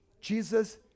Jesus